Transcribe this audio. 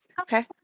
Okay